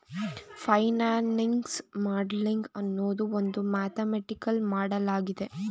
financing modelling ಅನ್ನೋದು ಒಂದು mathematical ಮಾಡಲಾಗಿದೆ